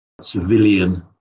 civilian